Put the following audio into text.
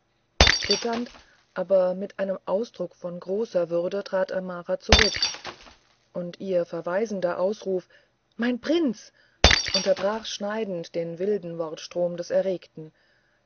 zitternd aber mit einem ausdruck von großer würde trat amara zurück und ihr verweisender ausruf mein prinz unterbrach schneidend den wilden wortstrom des erregten